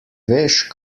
veš